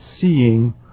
seeing